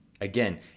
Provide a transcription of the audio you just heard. Again